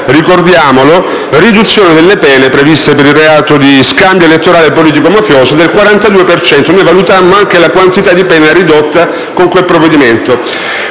ricordiamolo, riduzione delle pene previste per il reato di scambio elettorale politico-mafioso del 42 per cento. Noi valutammo anche la quantità di pena ridotta con quel provvedimento.